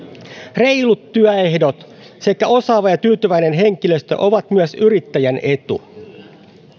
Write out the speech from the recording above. reilut työehdot sekä osaava ja tyytyväinen henkilöstö ovat myös yrittäjän etu